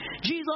Jesus